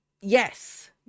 yes